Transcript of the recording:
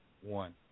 one